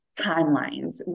timelines